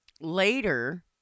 later